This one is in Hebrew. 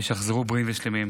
ושיחזרו בריאים ושלמים.